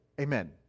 amen